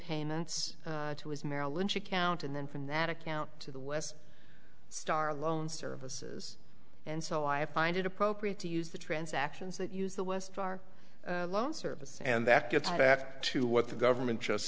payments to his merrill lynch account and then from that account to the west star loan services and so i find it appropriate to use the transactions that use the west for our loan servicers and that gets back to what the government just